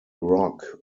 rock